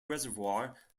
reservoir